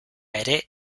ere